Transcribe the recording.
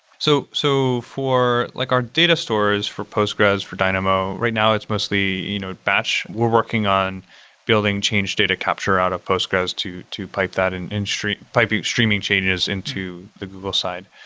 so so for like our data stores for postgres, for dynamo, right now it's mostly you know batch. we're working on building change data capture out of postgres to to pipe that and and piping streaming changes into the google side.